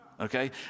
okay